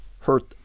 Hurt